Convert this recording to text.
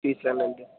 ഫീസിൽതന്നെ ഉണ്ടോ